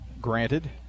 granted